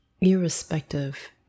irrespective